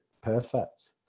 perfect